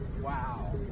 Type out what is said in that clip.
Wow